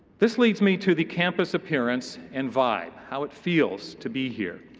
this leads me to the campus appearance and vibe, how it feels to be here.